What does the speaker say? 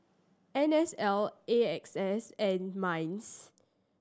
N S L A X S and MINDS